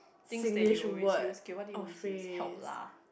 things that you always use okay what do you always use help lah